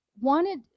wanted